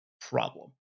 problem